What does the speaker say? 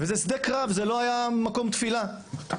זה שדה קרב, לא מקום תפילה.